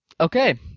okay